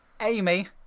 Amy